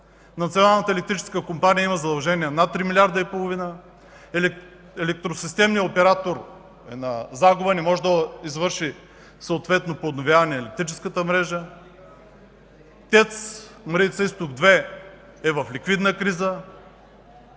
Националната електрическа компания има задължения над 3 млрд. и половина, електросистемният оператор е на загуба, не може да извърши съответно подновяване на електрическата мрежа, ТЕЦ „Марица изток 2” е в ликвидна криза.